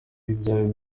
ibyawe